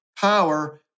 power